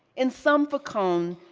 in sum, for cone,